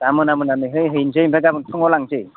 दा मोना मोनानो हैनोसै ओमफ्राय गाबोन फुङाव लांनोसै